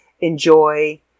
enjoy